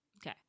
Okay